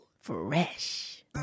Fresh